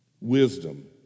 Wisdom